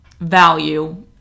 value